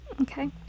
Okay